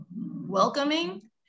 welcoming